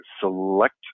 select